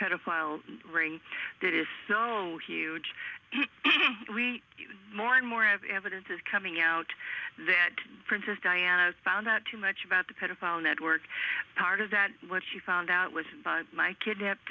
pedophile ring that is so huge we more and more of the evidence is coming out that princess diana found out too much about the pedophile network card is that what she found out was my kidnapped